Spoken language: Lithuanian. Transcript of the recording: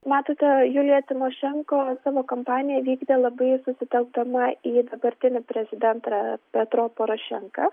matote julija timošenko savo kampaniją vykdė labai susitelkdama į dabartinį prezidentą petro porošenką